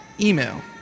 email